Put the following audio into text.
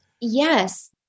Yes